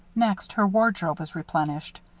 next, her wardrobe was replenished.